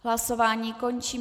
Hlasování končím.